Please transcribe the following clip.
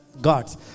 gods